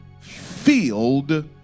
filled